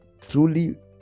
truly